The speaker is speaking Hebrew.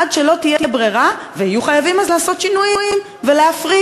עד שלא תהיה ברירה ויהיו חייבים אז לעשות שינויים ולהפריט,